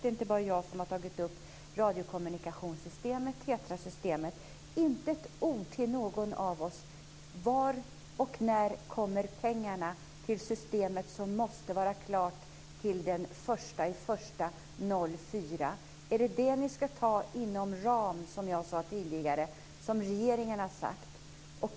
Det är inte bara jag som har tagit upp detta, men inte ett ord till någon av oss om radiokommunikationssystemet, TETRA-systemet! Var och när kommer pengarna till detta system, som måste vara klart till den 1 januari 2004? Är det detta ni ska ta inom ram, som jag sade tidigare, som regeringen har sagt?